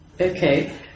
Okay